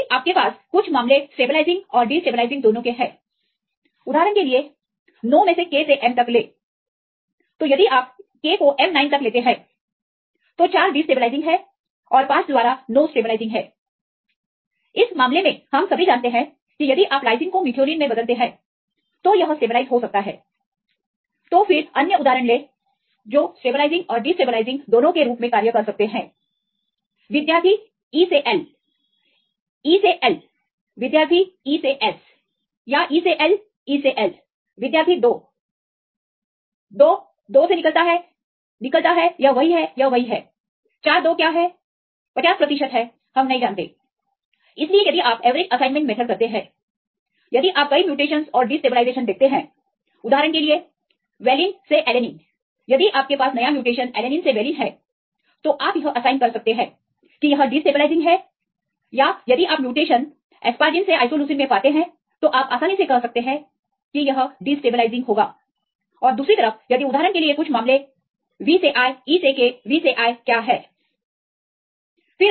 यदि आपके पास कुछ मामले स्टेबलाइजिंग और डिस्टेबलाइजिंग दोनों के हैं उदाहरण के लिए 9 में से K से M तक ले तो यदि आप K को M 9 तक लेते हैं तो 4 डिस्टेबलाइजिंग हैं और 5 द्वारा 9 स्टेबलाइजिंग हैंइस मामले में हम सभी जानते हैं कि यदि आप लाइसिन को मेथिओनिन में बदलते हैं तो यह स्टेबलाइज हो सकता है तो फिर अन्य उदाहरण ले जो स्टेबलाइजिंग और डिस्टेबलाइजिंग दोनों के रूप में कार्य कर सकते हैं विद्यार्थी E से L E से Lविद्यार्थी E से S या E से L E से Lविद्यार्थी 2 2 से निकलता है निकलता है यह वही है यह वही है 42 क्या हैं 50 प्रतिशत हैं हम नहीं जानतेइसलिए यदि आप एवरेज असाइनमेंट मेथड करते हैं यदि आप कई म्यूटेशनस और डिस्टेबलाइजेशन देखते हैं उदाहरण के लिए वेलिन से एलेनिन यदि आपके पास नया म्यूटेशन एलेनिन से वेलिन हैं तो आप यह असाइन कर सकते हैं कि यह डिस्टेबलाइजिंग है या यदि आप म्यूटेशन एसपरजिन से आइसोल्यूसिन में पाते हैं तो आप आसानी से कह सकते हैं यह कहें कि यह डिस्टेबलाइज हो जाएगा और दूसरी तरफ यदि उदाहरण के लिए कुछ मामले Vसे I E से K V से I क्या है